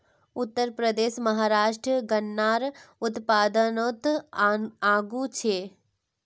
उत्तरप्रदेश, महाराष्ट्र गन्नार उत्पादनोत आगू छे